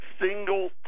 single